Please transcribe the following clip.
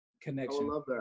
connection